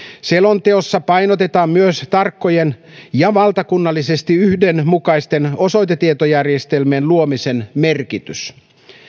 selonteossa painotetaan myös tarkkojen ja valtakunnallisesti yhdenmukaisten osoitetietojärjestelmien luomisen merkitystä